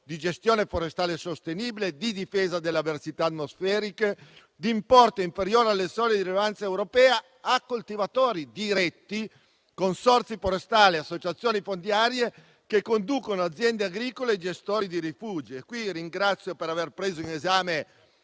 di gestione forestale sostenibile e di difesa dalle avversità atmosferiche, di importo inferiore alle soglie di rilevanza europea, a coltivatori diretti, consorzi forestali, associazioni fondiarie che conducono aziende agricole ed ai gestori di rifugi. Qui ringrazio per aver preso in esame